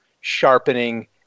sharpening